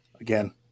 again